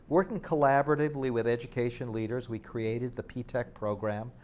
working collaboratively with education leaders, we created the p-tech program,